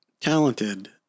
talented